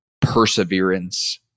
perseverance